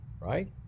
right